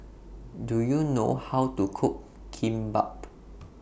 Do YOU know How to Cook Kimbap